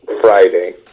Friday